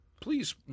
Please